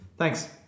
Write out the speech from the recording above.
Thanks